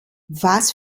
was